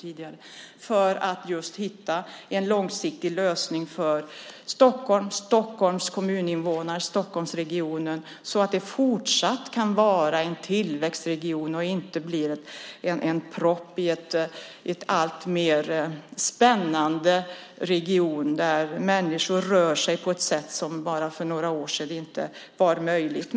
Det gäller att hitta en långsiktig lösning för Stockholm, Stockholms kommuninvånare och Stockholmsregionen så att man även i fortsättningen kan vara en tillväxtregion och inte en propp i en alltmer spännande region där människor rör sig på ett sätt som bara för några år sedan inte var möjligt.